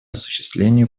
осуществлению